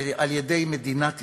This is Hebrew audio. על-ידי מדינת ישראל,